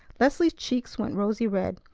leslie's cheeks went rosy red.